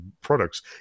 products